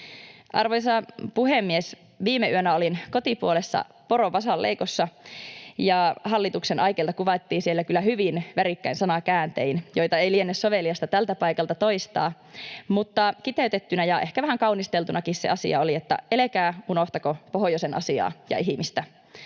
Arvoisa puhemies! Viime yönä olin kotipuolessa poronvasanleikossa, ja hallituksen aikeita kuvailtiin siellä kyllä hyvin värikkäin sanakääntein, joita ei liene soveliasta tältä paikalta toistaa, mutta kiteytettynä ja ehkä vähän kaunisteltunakin se asia oli tämä: älkää unohtako pohjoisen asiaa ja ihmistä.